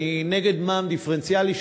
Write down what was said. אני נגד מע"מ דיפרנציאלי.